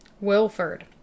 wilford